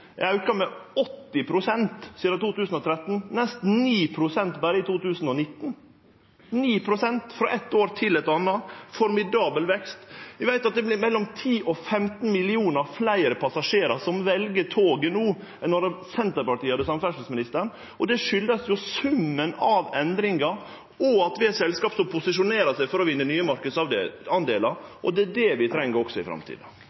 er auka med 80 pst. sidan 2013, nesten 9 pst. berre i 2019 – 9 pst. frå eit år til eit anna, ein formidabel vekst. Vi veit at det er mellom 10 og 15 millionar fleire passasjerar som vel toget no, enn då Senterpartiet hadde samferdselsministeren, og det kjem jo av summen av endringar, og at vi har selskap som posisjonerer seg for å vinne nye marknadsdelar. Det er det vi treng også i framtida.